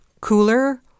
cooler